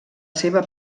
seva